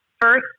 First